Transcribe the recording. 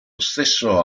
stesso